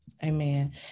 Amen